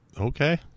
Okay